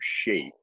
shape